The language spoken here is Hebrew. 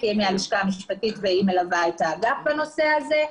היא מהלשכה המשפטית והיא מלווה את האגף בנושא הזה.